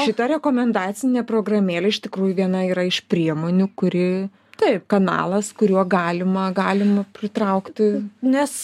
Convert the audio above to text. šita rekomendacinė programėlė iš tikrųjų viena yra iš priemonių kuri taip kanalas kuriuo galima galim pritraukti nes